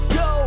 go